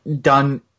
done